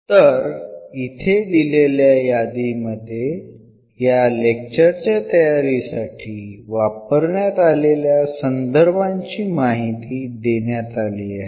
तर इथे दिलेल्या यादीमध्ये या लेक्चर च्या तयारीसाठी वापरण्यात आलेल्या संदर्भांची माहिती देण्यात आली आहे